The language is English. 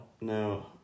No